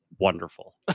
wonderful